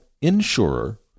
insurer